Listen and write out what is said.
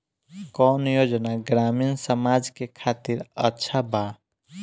कौन योजना ग्रामीण समाज के खातिर अच्छा बा?